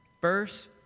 first